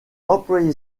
employé